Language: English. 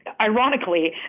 ironically